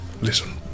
Listen